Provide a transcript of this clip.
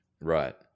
Right